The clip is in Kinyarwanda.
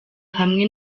hamwe